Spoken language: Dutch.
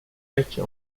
petje